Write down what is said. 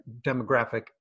demographic